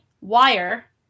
wire